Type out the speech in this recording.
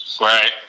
Right